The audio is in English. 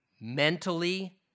mentally